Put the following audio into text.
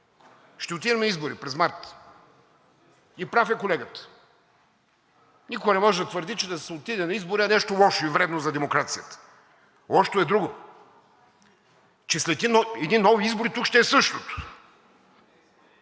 ще отидем на избори през март и прав е колегата – никой не може да твърди, че да се отиде на избори е нещо лошо и вредно за демокрацията, лошото е друго, че след едни нови избори тук ще е същото